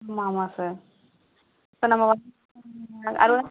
ஆமாம் ஆமாம் சார் இப்போ நம்ம அறுபதாங்